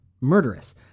murderous